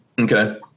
Okay